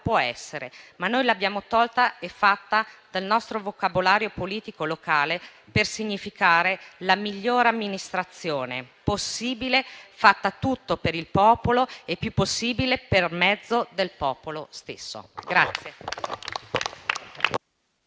Può essere, ma noi l'abbiamo tolta bell'è fatta dal nostro vocabolario politico locale per significare: la migliore amministrazione possibile, fatta tutta per il popolo e più che possibile per mezzo del popolo stesso».